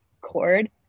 cord